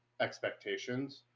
expectations